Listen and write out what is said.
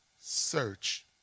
search